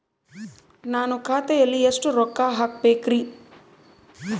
ನಾನು ಖಾತೆಯಲ್ಲಿ ಎಷ್ಟು ರೊಕ್ಕ ಹಾಕಬೇಕ್ರಿ?